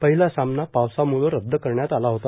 पहिला सामना पावसामुळं रद्द करण्यात आला होता